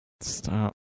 Stop